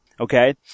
Okay